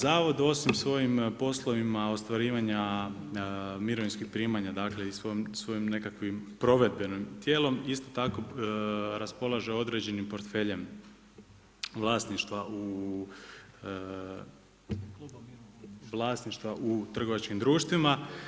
Zavod osim svojim poslovima ostvarivanja mirovinskih primanja dakle i svojim nekakvim provedbenim tijekom isto tako raspolaže određenim portfeljem vlasništva u trgovačkim društvima.